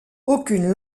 aucune